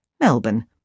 Melbourne